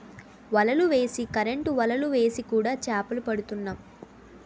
వలలు వేసి కరెంటు వలలు వేసి కూడా చేపలు పడుతున్నాం